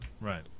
Right